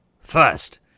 First